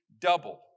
double